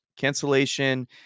cancellation